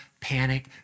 panic